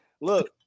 look